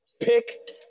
pick